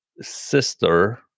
sister